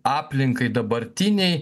aplinkai dabartinei